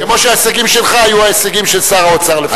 כמו שההישגים שלך היו ההישגים של שר האוצר לפניך.